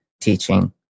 teaching